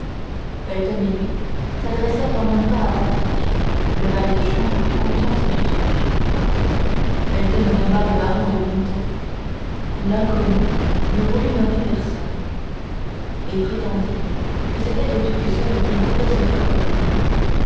felton et lui s'adressèrent en même temps à patrick le valet de chambre de confiance du duc felton nomma le baron de winter l'inconnu ne voulut nommer personne et prétendit que c'était au duc seul qu'il pouvait se faire connaître